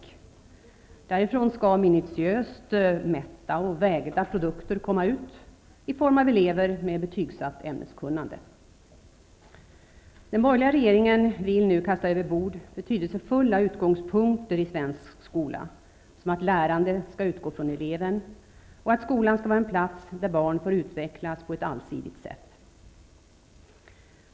Därifrån skall minutiöst mätta och vägda produkter komma ut i form av elever med betygsatt ämneskunnande. Den borgerliga regeringen vill nu kasta överbord betydelsefulla utgångspunkter i svensk skola som att lärande skall utgå från eleven och att skolan skall vara en plats där barn får utvecklas på ett allsidigt sätt.